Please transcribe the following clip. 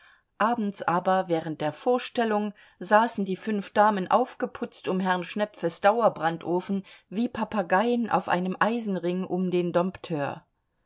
abends aber während der vorstellung saßen die fünf damen aufgeputzt um herrn schnepfes dauerbrandofen wie papageien auf einem eisenring um den dompteur